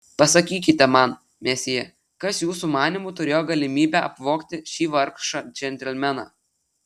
pasakykite man mesjė kas jūsų manymu turėjo galimybę apvogti šį vargšą džentelmeną